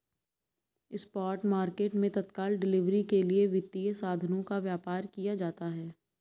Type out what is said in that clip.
spot market मैं तत्काल delivery के लिए वित्तीय साधनों का व्यापार किया जाता है